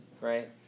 right